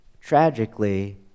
tragically